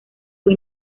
fue